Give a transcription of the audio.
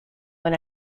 when